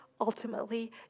ultimately